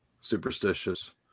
superstitious